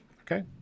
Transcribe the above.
Okay